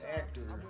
actor